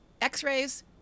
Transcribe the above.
X-rays